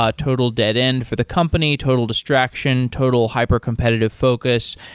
ah total dead end for the company, total distraction, total hyper-competitive focus.